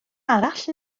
arall